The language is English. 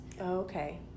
Okay